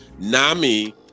Nami